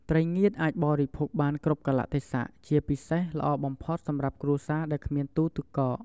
ត្រីងៀតអាចបរិភោគបានគ្រប់កាលៈទេសៈ ជាពិសេសល្អបំផុតសម្រាប់គ្រួសារដែលគ្មានទូទឹកកក។